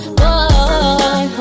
boy